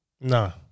No